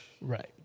Right